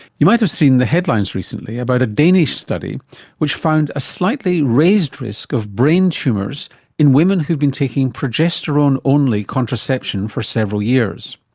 you might have seen the headlines recently about a danish study which found a slightly raised risk of brain tumours in women who've been taking progesterone-only contraception for several years.